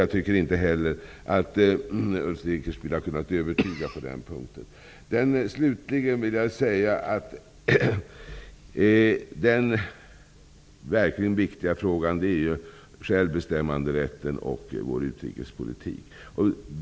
Jag tycker inte heller att Ulf Dinkelspiel har kunnat övertyga på den punkten. Slutligen vill jag säga att den verkligt viktiga frågan är självbestämmanderätten och vår utrikespolitik.